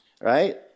Right